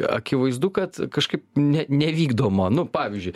akivaizdu kad kažkaip ne nevykdoma nu pavyzdžiui